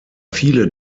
viele